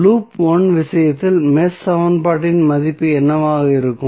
loop 1 விஷயத்தில் mesh சமன்பாட்டின் மதிப்பு என்னவாக இருக்கும்